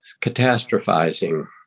Catastrophizing